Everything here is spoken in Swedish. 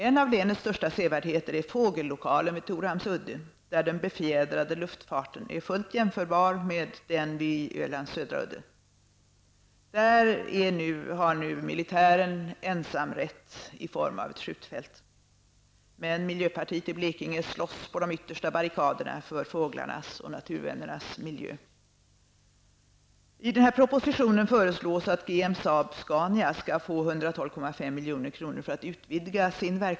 En av länets största sevärdheter är fågellokalen vid Torhamns udde, där den befjädrade luftfarten är fullt jämförbar med den vid Ölands södra udde. Där har nu militären ensamrätt i form av ett skjutfält. Men miljöpartiet i Blekinge slåss på de yttersta barrikaderna för fåglarnas och naturvännernas miljö.